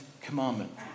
commandment